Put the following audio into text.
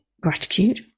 gratitude